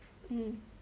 mm